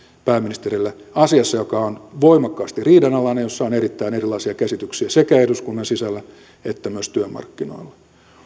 pääministerille asiassa joka on voimakkaasti riidanalainen ja jossa on erittäin erilaisia käsityksiä sekä eduskunnan sisällä että myös työmarkkinoilla